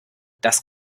das